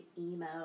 emo